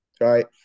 right